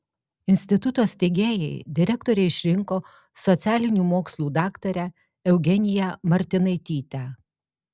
instituto steigėjai direktore išrinko socialinių mokslų daktarę eugeniją martinaitytę